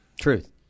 Truth